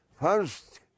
First